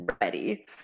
ready